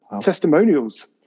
testimonials